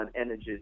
energy